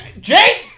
Jake